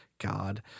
God